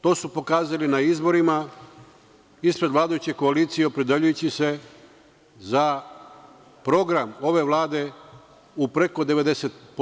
To su pokazali na izborima ispred vladajuće koalicije opredeljujući se za program ove Vlade u preko 90%